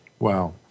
Wow